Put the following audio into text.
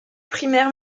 primaire